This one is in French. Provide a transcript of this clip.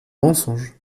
mensonges